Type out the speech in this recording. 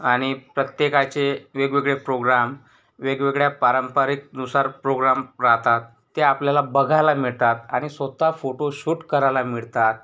आणि प्रत्येकाचे वेगवेगळे प्रोग्राम वेगवेगळ्या पारंपरिकनुसार प्रोग्राम राहतात ते आपल्याला बघायला मिळतात आणि स्वत फोटो शूट करायला मिळतात